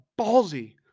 ballsy